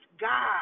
God